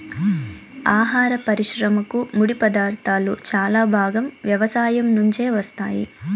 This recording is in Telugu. ఆహార పరిశ్రమకు ముడిపదార్థాలు చాలా భాగం వ్యవసాయం నుంచే వస్తాయి